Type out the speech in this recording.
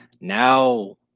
now